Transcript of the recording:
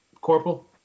Corporal